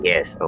Yes